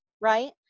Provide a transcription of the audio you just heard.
right